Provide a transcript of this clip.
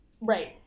Right